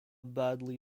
badly